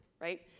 right